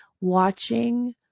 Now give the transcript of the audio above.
watching